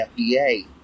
FDA